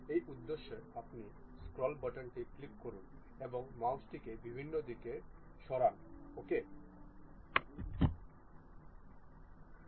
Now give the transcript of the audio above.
এই উদ্দেশ্যে আপনি স্ক্রোল বাটনটি ক্লিক করুন এবং মাউসটিকে বিভিন্ন দিকে সরান ঠিক আছে